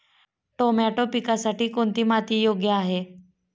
Tomato पिकासाठी कोणती माती योग्य आहे?